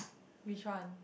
which one